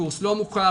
קורס לא מוכר,